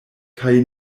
kaj